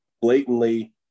blatantly